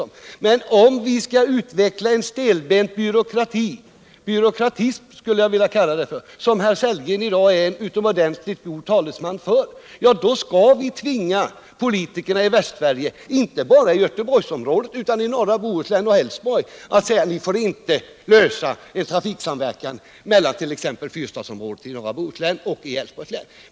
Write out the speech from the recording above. Skall vi verkligen utveckla den stelbenta byråkrati som Rolf Sellgren i dag är en utomordentligt god talesman för och förhindra politikerna inte bara i Göteborgsområdet utan även i norra Bohuslän och Älvsborg län att åstadkomma en trafiksamverkan mellan exempelvis fyrstadsområdet i norra Bohuslän och Älvsborgs län?